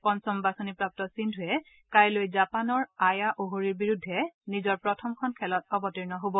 পঞ্চম বাছনিপ্ৰাপ্ত সিন্ধুৱে কাইলৈ জাপানৰ আয়া অ'হ'ৰিৰ বিৰুদ্ধে নিজৰ প্ৰথমখন খেলত অবতীৰ্ণ হ'ব